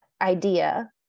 idea